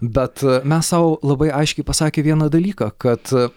bet mes sau labai aiškiai pasakę vieną dalyką kad